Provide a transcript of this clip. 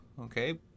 okay